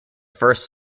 first